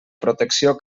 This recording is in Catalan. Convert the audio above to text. protecció